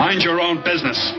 mind your own business